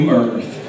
earth